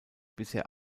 bisher